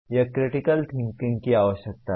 यह critical thinking की आवश्यकता है